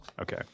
okay